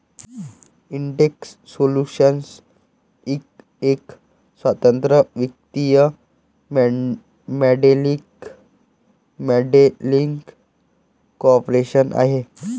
Intex solutions Inc एक स्वतंत्र वित्तीय मॉडेलिंग कॉर्पोरेशन आहे